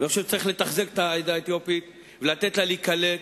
אני חושב שצריך לתחזק את העדה האתיופית ולתת לה להיקלט,